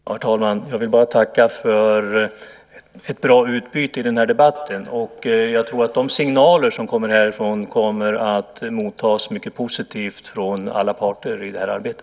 Herr talman! Jag vill bara tacka för ett bra utbyte i denna debatt. Jag tror att de signaler som kommer härifrån kommer att mottas mycket positivt från alla parter i detta arbete.